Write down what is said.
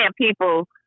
people